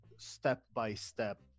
step-by-step